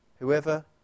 Whoever